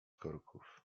korków